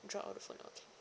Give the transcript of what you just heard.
drop of the phone okay